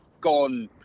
gone